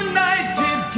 United